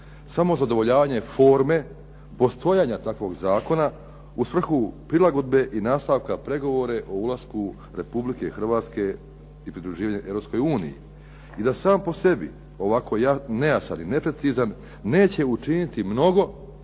samo zadovoljavanje forme postojanja takvog zakona u svrhu prilagodbe i nastavka pregovora o ulasku Republike Hrvatske i pridruživanja Europskoj uniji i da sam po sebi ovako nejasan i neprecizan neće učiniti mnogo